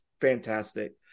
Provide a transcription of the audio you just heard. fantastic